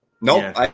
Nope